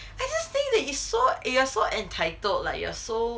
I just think that it's so you are so entitled like you are so